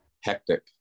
hectic